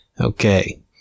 okay